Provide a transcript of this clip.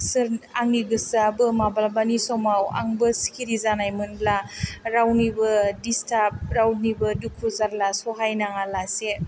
सोर आंनि गोसोयाबो माब्लाबानि समाव आंबो सिखिरि जानायमोनब्ला रावनिबो दिसथाब रावनिबो दुखु जारला सहायनाङा लासे